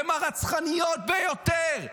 הן הרצחניות ביותר.